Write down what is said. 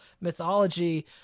mythology